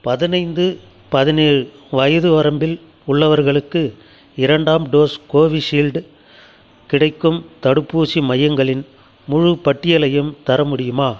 பதினைந்து பதினேழு வயது வரம்பில் உள்ளவர்களுக்கு இரண்டாம் டோஸ் கோவிஷீல்டு கிடைக்கும் தடுப்பூசி மையங்களின் முழுப் பட்டியலையும் தர முடியுமா